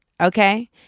okay